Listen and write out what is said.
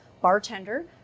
bartender